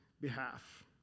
behalf